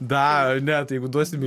dar ar ne tai jeigu duosim